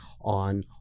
on